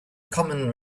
common